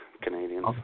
Canadians